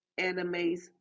animes